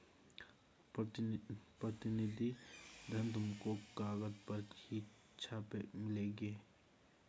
प्रतिनिधि धन तुमको कागज पर ही छपे मिलेंगे